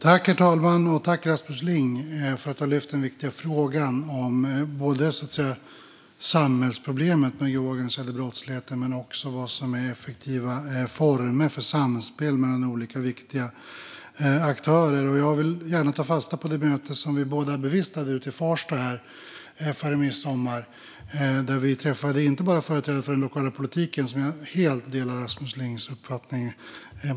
Herr talman! Tack till Rasmus Ling för att han lyft den viktiga frågan om både samhällsproblemet med den organiserade brottsligheten och vad som är effektiva former för samspel mellan olika viktiga aktörer. Jag vill gärna ta fasta på det möte ute i Farsta som vi båda bevistade före midsommar, där vi träffade företrädare för den lokala politiken - som jag helt delar Rasmus Lings uppfattning om.